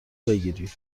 بگیری